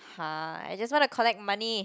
!huh! I just want to collect money